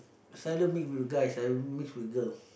seldom mix with guy I mix with girl